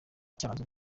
cyaranzwe